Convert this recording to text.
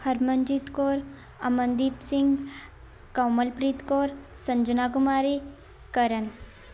ਹਰਮਨਜੀਤ ਕੌਰ ਅਮਨਦੀਪ ਸਿੰਘ ਕਮਲਪ੍ਰੀਤ ਕੌਰ ਸੰਜਨਾ ਕੁਮਾਰੀ ਕਰਨ